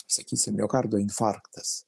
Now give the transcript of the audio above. sakysim miokardo infarktas